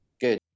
Good